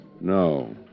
No